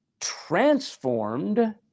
transformed